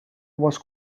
was